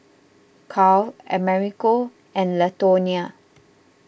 Karl Americo and Latonya